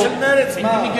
של מרצ, מה?